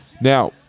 Now